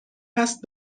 هست